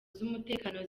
z’umutekano